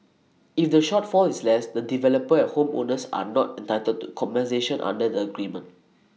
if the shortfall is less the developer and home owners are not entitled to compensation under the agreement